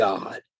God